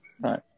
Right